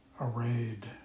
arrayed